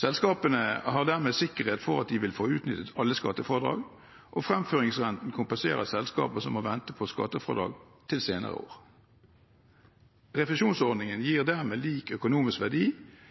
Selskapene har dermed sikkerhet for at de vil få utnyttet alle skattefradrag, og fremføringsrenten kompenserer selskaper som må vente på skattefradrag til senere år. Refusjonsordningen gir dermed lik økonomisk verdi